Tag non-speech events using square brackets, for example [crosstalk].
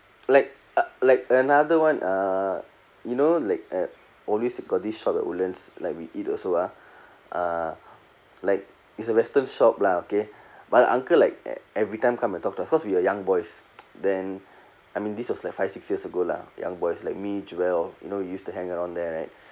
like like another one uh you know like at always got this shop at woodlands like we eat also ah uh like it's a western shop lah okay but the uncle like e~ every time come and talk to us cause we were young boys [noise] then I mean this was like five six years ago lah young boys like me joel you know we use to hang around there right [breath]